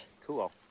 Cool